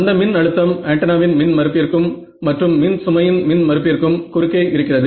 அந்த மின் அழுத்தம் ஆன்டென்னாவின் மின் மறுப்பிற்கும் மற்றும் மின் சுமையின் மின் மறுப்பிற்கும் குறுக்கே இருக்கிறது